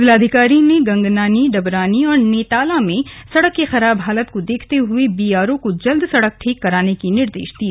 जिलाधिकारी ने गंगनानी डबरानी और नेताला में सड़क की खराब हालात को देखते हुए बीआरओ को जल्द सड़क ठीक करने के निर्देश दिये